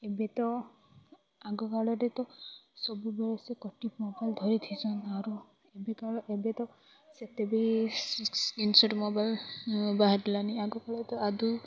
ଏବେ ତ ଆଗ କାଳରେ ତ ସବୁବେଳେ ସେ କଟି ମୋବାଇଲ୍ ଧରିଥିସନ୍ ଆରୁ ଏବେ କାର ଏବେ ତ ସେତେ ବି ସ୍କ୍ରିନ୍ ସଟ୍ ମୋବାଇଲ୍ ବାହାରିଲାଣି ଆଗ କାଳରେ ତ ଆଦୌ